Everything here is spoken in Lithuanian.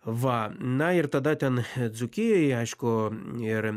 va na ir tada ten dzūkijoje aišku ir